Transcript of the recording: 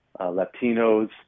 Latinos